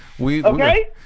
Okay